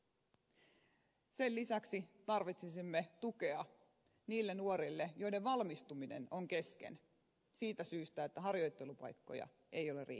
sen lisäksi tarvitsisimme tukea niille nuorille joiden valmistuminen on kesken siitä syystä että harjoittelupaikkoja ei ole riittävästi